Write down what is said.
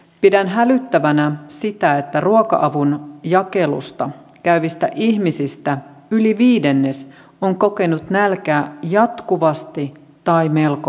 pidän hälyttävänä sitä että ruoka avun jakelussa käyvistä ihmisistä yli viidennes on kokenut nälkää jatkuvasti tai melko usein